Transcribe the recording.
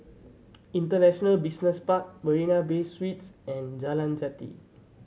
International Business Park Marina Bay Suites and Jalan Jati